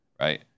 right